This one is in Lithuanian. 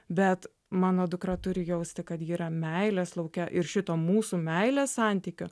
bet mano dukra turi jausti kad ji yra meilės lauke ir šito mūsų meilės santykio